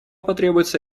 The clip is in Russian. потребуется